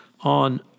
on